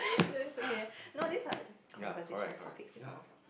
no it's okay no these are just conversation topics you know